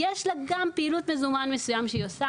יש לה גם פעילות מזומן מסוים שהיא עושה,